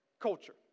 culture